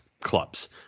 clubs